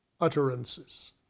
utterances